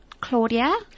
Claudia